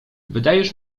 wydajesz